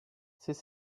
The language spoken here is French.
c’est